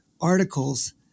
articles